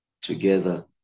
together